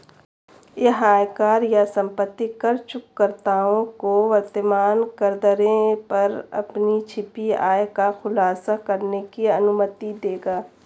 यह आयकर या संपत्ति कर चूककर्ताओं को वर्तमान करदरों पर अपनी छिपी आय का खुलासा करने की अनुमति देगा